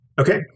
Okay